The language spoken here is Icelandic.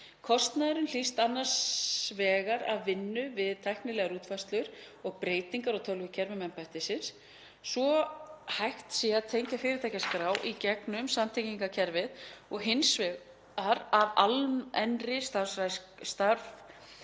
Kostnaðurinn hlýst annars vegar af vinnu við tæknilegar útfærslur og breytingar á tölvukerfum embættisins svo hægt sé að tengja fyrirtækjaskrá í gegnum samtengingarkerfið og hins vegar af almennri starfrækslu